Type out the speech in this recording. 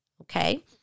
Okay